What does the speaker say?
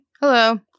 Hello